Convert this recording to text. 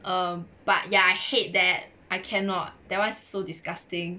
um but ya I hate that I cannot that one so disgusting